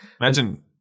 Imagine